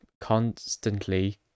constantly